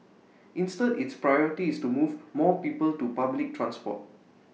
instead its priority is to move more people to public transport